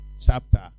chapter